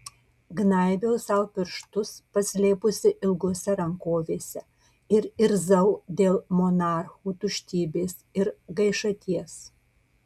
gnaibiau sau pirštus paslėpusi ilgose rankovėse ir irzau dėl monarchų tuštybės ir gaišaties